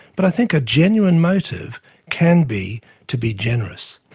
but i think a genuine motive can be to be generous.